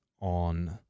on